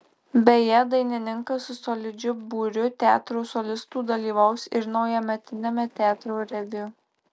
beje dainininkas su solidžiu būriu teatro solistų dalyvaus ir naujametiniame teatro reviu